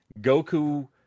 goku